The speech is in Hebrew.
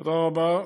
תודה רבה.